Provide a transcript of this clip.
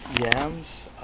yams